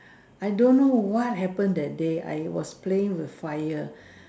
I don't know what happened that day I was playing with fire